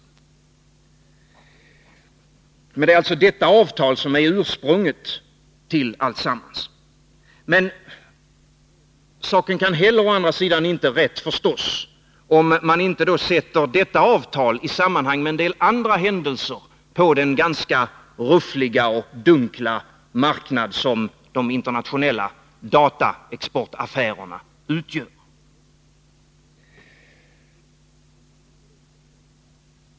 Avtalet är ursprunget till alltsammans. Men saken kan å andra sidan inte rätt förstås, om man inte sätter detta avtal i sammanhang med en del andra händelser på den ganska ruffliga och dunkla marknad som de internationella dataexportaffärerna utgör.